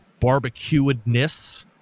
barbecuedness